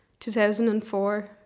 2004